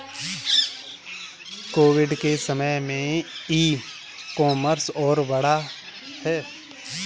Covid के समय में ई कॉमर्स और बढ़ा है